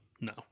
No